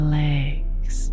legs